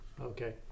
Okay